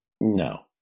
No